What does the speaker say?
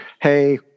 hey